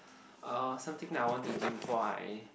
uh something that I want to do before I